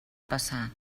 passar